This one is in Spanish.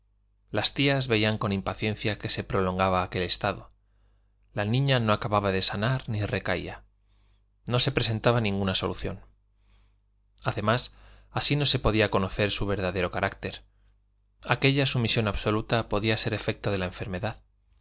las tías veían con impaciencia que se prolongaba aquel estado la niña no acababa de sanar ni recaía no se presentaba ninguna solución además así no se podía conocer su verdadero carácter aquella sumisión absoluta podía ser efecto de la enfermedad don